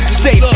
stay